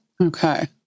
Okay